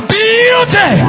beauty